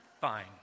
Fine